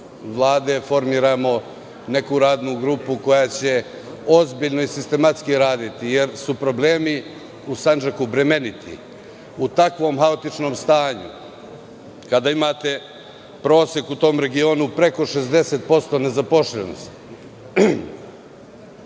formiramo neku radnu grupu, koja će ozbiljno i sistematski raditi, jer su problemi u Sandžaku bremeniti, u takvom haotičnom stanju, kada imate prosek u tom regionu preko 60% nezaposlenosti,